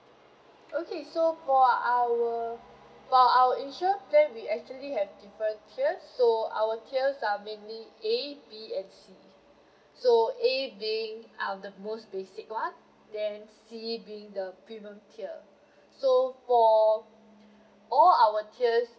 okay so for our for our insurance plan we actually have different tiers so our tiers are mainly A B and C so A B are the most basic [one] then C being the premium tier so for all our tiers